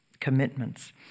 commitments